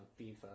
FIFA